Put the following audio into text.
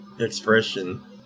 Expression